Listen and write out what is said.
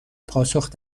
پاسخ